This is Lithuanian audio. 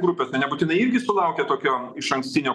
grupėse nebūtinai irgi sulaukė tokio išankstinio